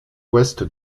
ouest